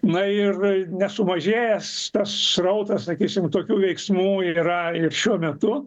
na ir nesumažėjęs srautas sakysim tokių veiksmų yra ir šiuo metu